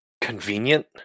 convenient